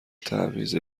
تعویض